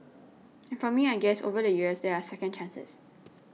and for me I guess over the years there are second chances